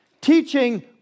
teaching